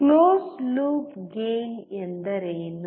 closed loop gain ಎಂದರೇನು